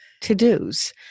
to-do's